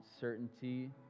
certainty